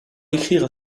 l’écrire